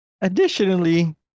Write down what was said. Additionally